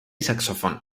saxofón